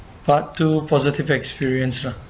part two positive experience lah